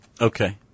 Okay